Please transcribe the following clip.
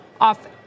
off